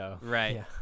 Right